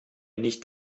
nicht